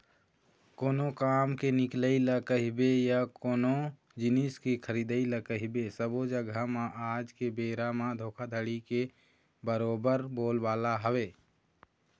कोनो काम के निकलई ल कहिबे या कोनो जिनिस के खरीदई ल कहिबे सब्बो जघा म आज के बेरा म धोखाघड़ी के बरोबर बोलबाला हवय